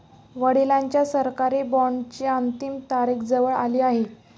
वडिलांच्या सरकारी बॉण्डची अंतिम तारीख जवळ आली आहे